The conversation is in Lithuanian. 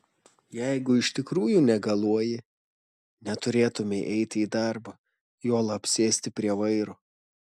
jeigu iš tikrųjų negaluoji neturėtumei eiti į darbą juolab sėsti prie vairo